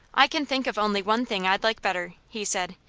i can think of only one thing i'd like better, he said.